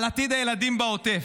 על עתיד הילדים בעוטף?